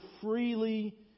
freely